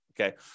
Okay